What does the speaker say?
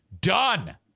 Done